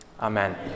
Amen